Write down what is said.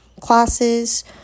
classes